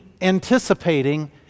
anticipating